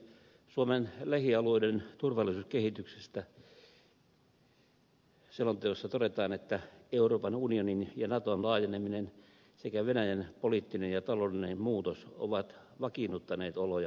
suomen lähialueiden turvallisuuskehityksestä selonteossa todetaan että euroopan unionin ja naton laajeneminen sekä venäjän poliittinen ja taloudellinen muutos ovat vakiinnuttaneet oloja suomen lähialueilla